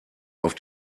auf